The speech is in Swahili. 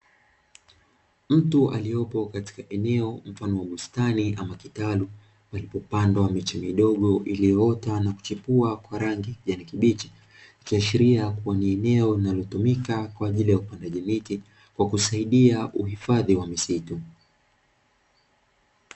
Mtu aliyopo katika eneo mfano wa bustani ama kitalu, palipopandwa miche midogo iliyoota na kuchipua kwa rangi ya kijani kibichi. Ikiashiria kuwa ni eneo linalotumika kwa ajili ya upandaji miti, kwa kusaidia uhifadhi wa misitu.